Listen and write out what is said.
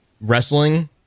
wrestling